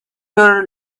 your